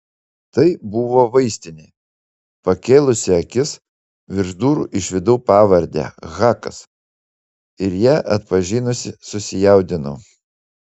tai buvo vaistinė pakėlusi akis virš durų išvydau pavardę hakas ir ją atpažinusi susijaudinau